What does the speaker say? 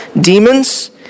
demons